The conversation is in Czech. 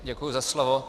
Děkuji za slovo.